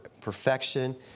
perfection